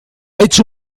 hecho